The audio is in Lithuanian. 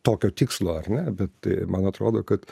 tokio tikslo ar ne bet tai man atrodo kad